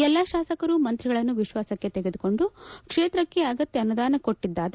ಎಲ್ಲ ಶಾಸಕರು ಮಂತ್ರಿಗಳನ್ನು ವಿಶ್ವಾಸಕ್ಕೆ ತೆಗೆದುಕೊಂಡು ಕ್ಷೇತಕ್ಕೆ ಆಗತ್ಯ ಅನುದಾನ ಕೊಟ್ಟಿದ್ದಾರೆ